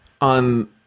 On